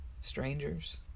strangers